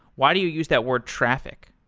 why do you use that word traffic?